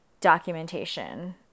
documentation